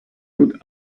would